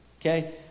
Okay